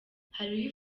hariho